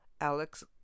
Alex